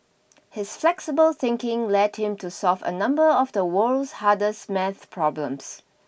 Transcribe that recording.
his flexible thinking led him to solve a number of the world's hardest math problems